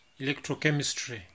electrochemistry